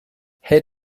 her